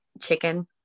chicken